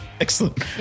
Excellent